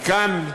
מכאן,